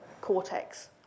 cortex